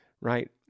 right